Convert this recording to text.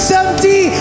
empty